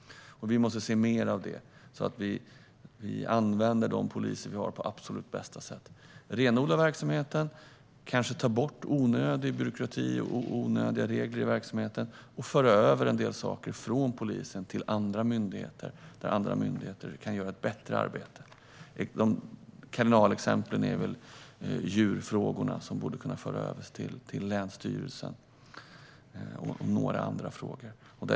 Vi måste se mer av detta så att vi använder de poliser vi har på absolut bästa sätt: renodla verksamheten, kanske ta bort onödig byråkrati och onödiga regler och föra över en del saker från polisen till andra myndigheter, där dessa kan göra ett bättre arbete. Kardinalexemplen är väl djurfrågorna, som borde kunna föras över till länsstyrelsen, och några andra frågor.